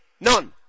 None